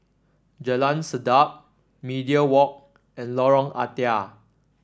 Jalan Sedap Media Walk and Lorong Ah Thia